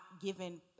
given